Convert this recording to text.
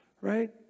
right